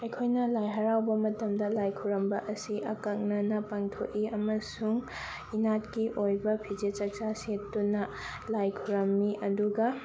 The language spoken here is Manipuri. ꯑꯩꯈꯣꯏꯅ ꯂꯥꯏ ꯍꯔꯥꯎꯕ ꯃꯇꯝꯗ ꯂꯥꯏ ꯈꯨꯔꯝꯕ ꯑꯁꯤ ꯑꯀꯛꯅꯅ ꯄꯥꯡꯊꯣꯛꯏ ꯑꯃꯁꯨꯡ ꯏꯅꯥꯠꯀꯤ ꯑꯣꯏꯕ ꯐꯤꯖꯦꯠ ꯆꯛꯆꯥ ꯁꯦꯠꯇꯨꯅ ꯂꯥꯏ ꯈꯨꯔꯝꯃꯤ ꯑꯗꯨꯒ